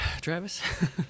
Travis